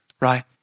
right